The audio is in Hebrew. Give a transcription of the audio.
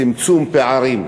צמצום פערים.